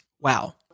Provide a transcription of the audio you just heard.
Wow